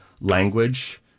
language